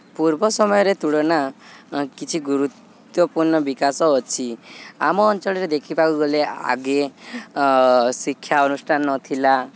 ପୂର୍ବ ସମୟରେ ତୁଳନା କିଛି ଗୁରୁତ୍ୱପୂର୍ଣ୍ଣ ବିକାଶ ଅଛି ଆମ ଅଞ୍ଚଳରେ ଦେଖିବାକୁ ଗଲେ ଆଗେ ଶିକ୍ଷା ଅନୁଷ୍ଠାନ ନଥିଲା